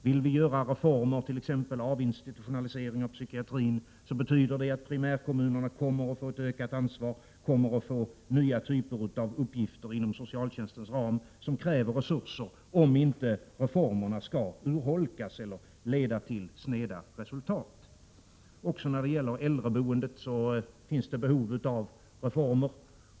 Vill vi genomföra reformer, exempelvis avinstitutionalisering av psykiatrin, så betyder detta att primärkommunerna kommer att få ett ökat ansvar och nya uppgifter inom socialtjänstens ram, vilket kräver resurser om inte reformerna skall urholkas eller leda till sneda resultat. Även när det gäller äldreboendet finns det behov av reformer.